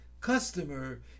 customer